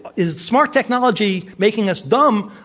is smart technology making us dumb,